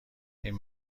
این